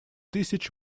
тысяч